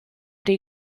des